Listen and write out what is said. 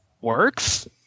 works